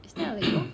is that a label